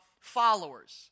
followers